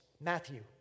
Matthew